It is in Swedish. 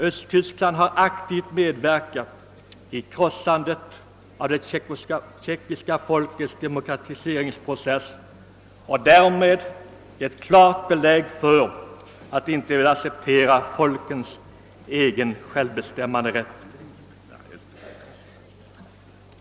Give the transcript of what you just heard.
Östtyskland har aktivt medverkat i krossandet av det tjeckiska folkets demokratiseringssträvanden och därmed givit klart belägg för att det inte vill acceptera principen om folkens självbestämmanderätt.